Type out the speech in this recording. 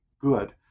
good